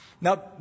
Now